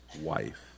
wife